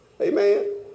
Amen